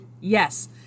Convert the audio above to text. Yes